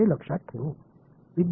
மாணவர் சரிதானே